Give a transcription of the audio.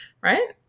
Right